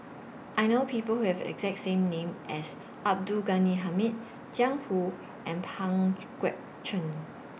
I know People Who Have exact same name as Abdul Ghani Hamid Jiang Hu and Pang Guek Cheng